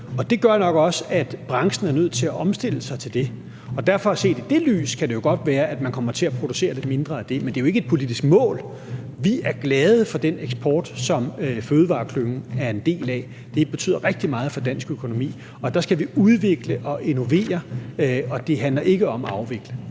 Det gør nok også, at branchen er nødt til at omstille sig til det. Set i det lys kan det jo godt være, at man kommer til at producere lidt mindre af det, men det er ikke et politisk mål. Vi er glade for den eksport, som fødevareklyngen er en del af. Det betyder rigtig meget for dansk økonomi, og der skal vi udvikle og innovere. Det handler ikke om at afvikle.